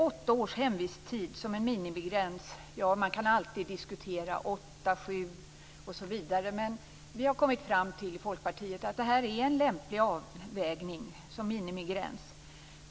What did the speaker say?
Åtta års hemvisttid föreslås som en minimigräns. Man kan alltid diskutera detta, men vi i Folkpartiet har kommit fram till att detta är en lämplig minimigräns.